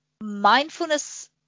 Mindfulness